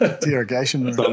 derogation